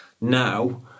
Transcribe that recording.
Now